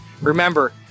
Remember